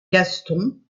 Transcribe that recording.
gaston